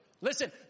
Listen